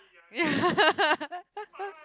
ya